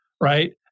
right